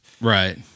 right